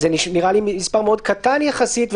זה נראה לי מספר קטן מאוד יחסית,